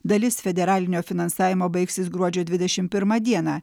dalis federalinio finansavimo baigsis gruodžio dvidešim pirmą dieną